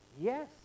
yes